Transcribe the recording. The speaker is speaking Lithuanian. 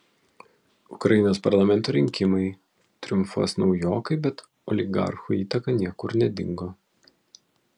ukrainos parlamento rinkimai triumfuos naujokai bet oligarchų įtaka niekur nedingo